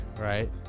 right